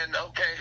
okay